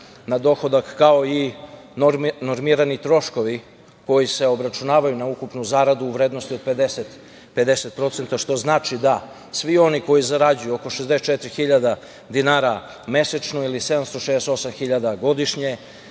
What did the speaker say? na dohodak, kao i normirani troškovi koji se obračunavaju na ukupnu zaradu u vrednosti od 50%, što znači da svi oni koji zarađuju oko 64.000 dinara mesečno ili 768.000 godišnje